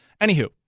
Anywho